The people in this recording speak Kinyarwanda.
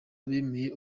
bemeye